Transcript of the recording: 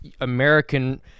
American